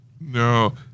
No